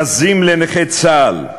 בזים לנכי צה"ל,